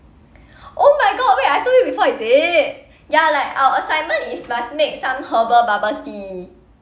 oh my god wait I told you before is it ya like our assignment is must make some herbal bubble tea